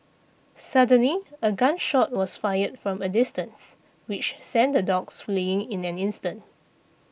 suddenly a gun shot was fired from a distance which sent the dogs fleeing in an instant